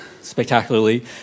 spectacularly